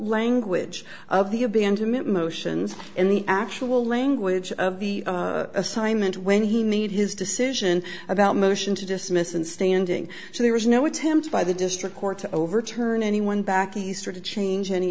language of the abandonment motions and the actual language of the assignment when he made his decision about motion to dismiss and standing so there was no attempt by the district court to overturn anyone back east or to change any